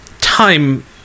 time